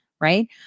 right